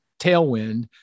tailwind